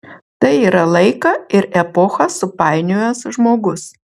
tai yra laiką ir epochą supainiojęs žmogus